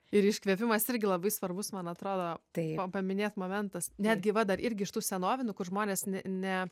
ir iškvėpimas irgi labai svarbus man atrodo tai paminėt momentas netgi va dar irgi iš tų senovinių kur žmonės net